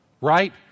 right